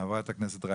חברת הכנסת רייטן.